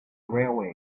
railway